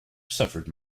suffered